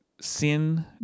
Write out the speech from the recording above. sin